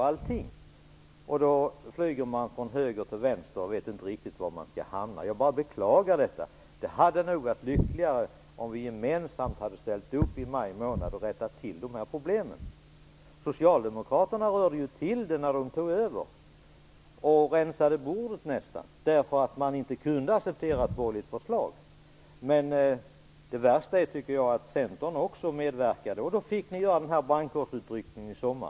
Han flyger på det sättet från höger till vänster och vet inte riktigt var han skall hamna. Jag beklagar detta. Det hade nog varit lyckligare om vi gemensamt hade ställt upp i maj månad och rättat till de här problemen. Socialdemokraterna rörde till det hela och rensade nästan bordet när de tog över, därför att de inte kunde acceptera ett borgerligt förslag. Det värsta är ändå att också Centern medverkade. Av den anledningen fick ni sedan göra en brandkårsutryckning i somras.